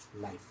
life